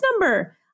number